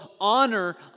honor